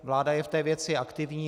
Vláda je v té věci aktivní.